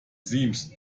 seems